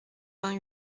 vingt